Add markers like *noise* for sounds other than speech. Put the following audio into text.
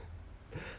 *laughs*